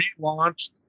relaunched